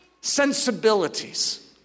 sensibilities